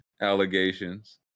allegations